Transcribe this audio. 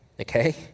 okay